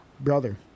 brother